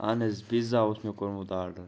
اہن حظ پِزا اوس مےٚ کورمُت آرڈر